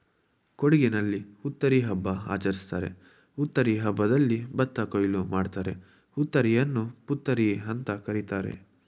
ಕೊಡಗಿನಲ್ಲಿ ಹುತ್ತರಿ ಹಬ್ಬ ಆಚರಿಸ್ತಾರೆ ಹುತ್ತರಿ ಹಬ್ಬದಲ್ಲಿ ಭತ್ತ ಕೊಯ್ಲು ಮಾಡ್ತಾರೆ ಹುತ್ತರಿಯನ್ನು ಪುತ್ತರಿಅಂತ ಕರೀತಾರೆ